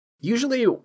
usually